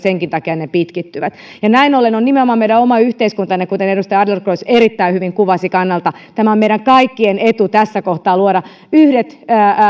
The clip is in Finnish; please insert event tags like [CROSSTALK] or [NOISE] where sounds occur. [UNINTELLIGIBLE] senkin takia ne pitkittyvät näin ollen on nimenomaan meidän oman yhteiskuntamme kannalta kuten edustaja adlercreutz erittäin hyvin kuvasi kaikkien etu tässä kohtaa luoda yhdet